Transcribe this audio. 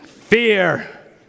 Fear